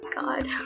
God